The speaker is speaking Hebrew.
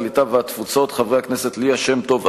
הקליטה והתפוצות: חברי הכנסת ליה שמטוב,